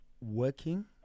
working